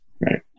right